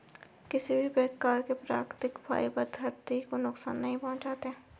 किसी भी प्रकार के प्राकृतिक फ़ाइबर धरती को नुकसान नहीं पहुंचाते